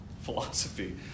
philosophy